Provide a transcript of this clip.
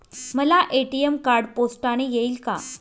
मला ATM card पोस्टाने येईल का?